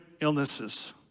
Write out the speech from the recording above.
illnesses